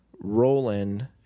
Roland